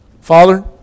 Father